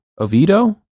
oviedo